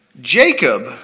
Jacob